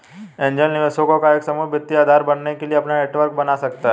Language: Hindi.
एंजेल निवेशकों का एक समूह वित्तीय आधार बनने के लिए अपना नेटवर्क बना सकता हैं